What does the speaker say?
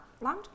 long